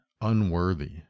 unworthy